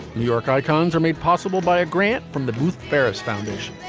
new york icons are made possible by a grant from the booth paris foundation